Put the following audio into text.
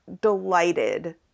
delighted